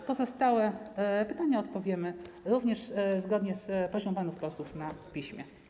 Na pozostałe pytania odpowiemy również zgodnie z prośbą panów posłów na piśmie.